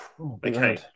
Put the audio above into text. Okay